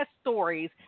stories